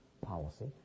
policy